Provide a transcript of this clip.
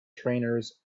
trainers